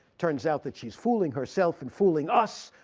turns out that she's fooling herself and fooling us.